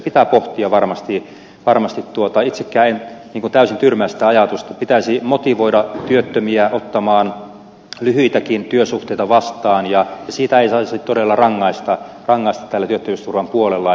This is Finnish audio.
pitää pohtia varmasti tuota itsekään en täysin tyrmää tuota ajatusta että pitäisi motivoida työttömiä ottamaan lyhyitäkin työsuhteita vastaan ja siitä ei saisi todella rangaista tällä työttömyysturvan puolella